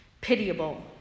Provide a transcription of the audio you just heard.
pitiable